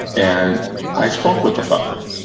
and i spoke with the father